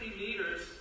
meters